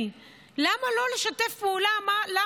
למה לא ללכת לכיכר במוצאי שבת?